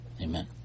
Amen